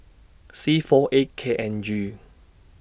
C four eight K N G